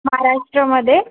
महाराष्ट्रामध्ये